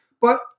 But-